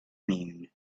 moon